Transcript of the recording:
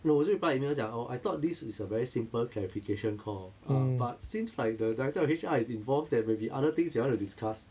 no 我就 reply email 讲 oh I thought this is a very simple clarification call uh but seems like the director of H_R is involved there may be other things that you want to discuss